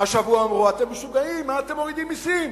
השבוע אמרו: אתם משוגעים, מה אתם מורידים מסים.